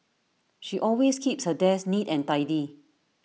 she always keeps her desk neat and tidy